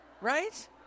right